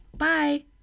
Bye